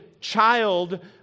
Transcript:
child